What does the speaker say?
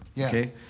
okay